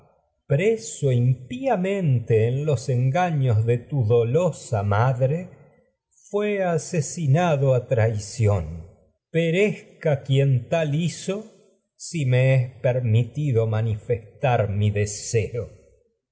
preso impíamente a los engaños perezca de tu dolosa madre me fué asesinado traición quien tal hizo si es permitido manifestar mi